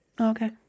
Okay